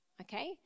Okay